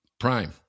prime